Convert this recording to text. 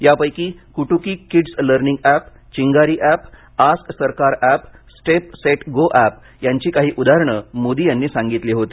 यापैकी Kutuki kids learning app Chingari app ask Sarkar app step set go app यांची काही उदाहरणं मोदी यांनी सांगितली होती